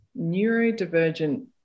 neurodivergent